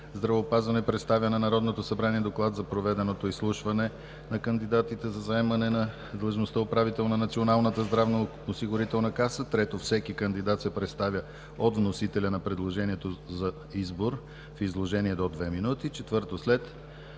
здравеопазването представя на Народното събрание доклад за проведеното изслушване на кандидатите за заемане на длъжността „управител“ на Националната здравноосигурителна каса. 3. Всеки кандидат се представя от вносителя на предложението за избор в изложение от две минути. 4. След